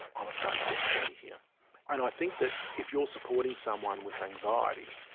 i'm afraid, get me out of here. and i think that if you are supporting someone with anxiety,